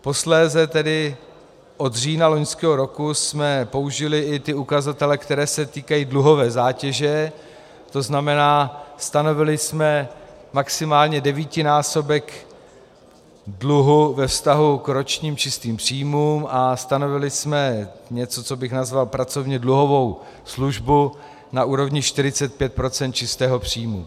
Posléze tedy od října loňského roku jsme použili i ty ukazatele, které se týkají dluhové zátěže, to znamená, stanovili jsme maximálně devítinásobek dluhu ve vztahu k ročním čistým příjmům a stanovili jsme něco, co bych nazval pracovně dluhovou službou na úrovni 45 procent čistého příjmu.